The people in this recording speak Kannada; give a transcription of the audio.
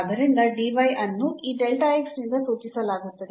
ಆದ್ದರಿಂದ dy ಅನ್ನು ಈ ನಿಂದ ಸೂಚಿಸಲಾಗುತ್ತದೆ